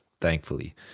Thankfully